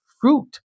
fruit